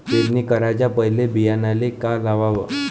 पेरणी कराच्या पयले बियान्याले का लावाव?